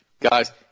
Guys